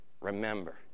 Remember